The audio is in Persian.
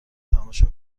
تماشا